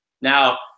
Now